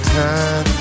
time